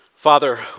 Father